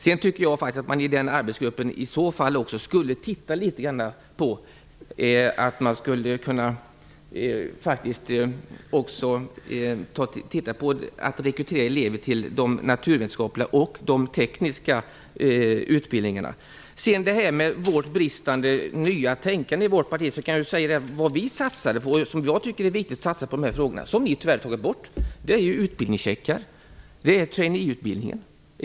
Jag tycker att man i den arbetsgruppen också skulle titta på rekryteringen av elever till de naturvetenskapliga och tekniska utbildningarna. Det sades att det är brist på nytt tänkande i vårt parti. Det vi satsade på, och det jag tycker är viktigt att satsa på, är exempelvis utbildningscheckar och trainee-utbildningen.